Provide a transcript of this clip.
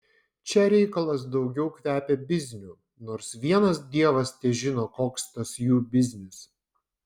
čia reikalas daugiau kvepia bizniu nors vienas dievas težino koks tas jų biznis